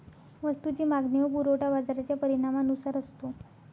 वस्तूची मागणी व पुरवठा बाजाराच्या परिणामानुसार असतो